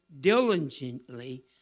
diligently